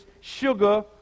sugar